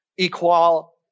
equal